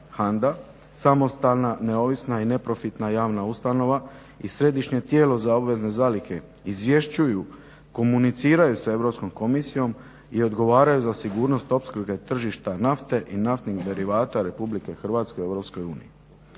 HANDA, samostalna, neovisna i neprofitna javna ustanova i središnje tijelo za obvezne zalihe izvješćuju, komuniciraju sa Europskom komisijom i odgovaraju za sigurnost opskrbe tržišta nafte i naftnih derivata Republike Hrvatske u